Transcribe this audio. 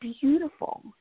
Beautiful